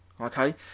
okay